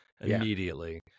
immediately